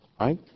Right